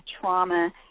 trauma